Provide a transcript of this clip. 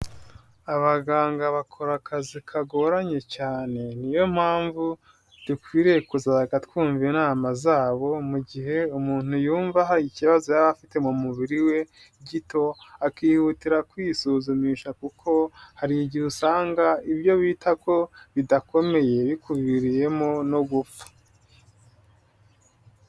Abaganga bakora akazi kagoranye cyane ni yo mpamvu dukwiriye kuzajya twumva inama zabo mu gihe umuntu yumva hari ikibazo yaba afite mu mubiri we gito akihutira kwisuzumisha kuko hari igihe usanga ibyo wita ko bidakomeye bikubiviriyemo no gupfa.